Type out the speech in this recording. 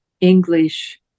English